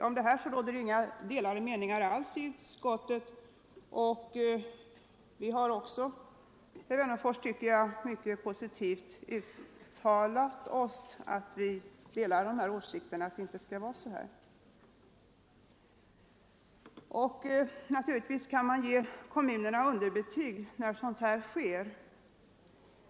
Om detta råder inte alls några delade meningar i utskottet. Jag tycker också, herr Wennerfors, att vi i utskottet mycket positivt uttalat oss för att det inte skall vara på detta sätt. Naturligtvis kan man också ge kommunerna underbetyg när sådant här sker.